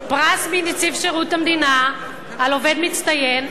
פרס מנציב שירות המדינה לעובד מצטיין.